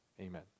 Amen